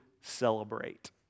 celebrate